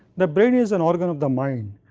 the brain is an organ of the mind,